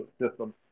system